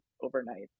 overnight